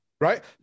right